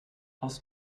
aus